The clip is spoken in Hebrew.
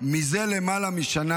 זה למעלה משנה